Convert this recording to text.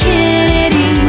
Kennedy